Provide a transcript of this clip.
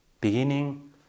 beginning